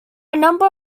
number